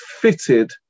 fitted